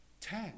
Ten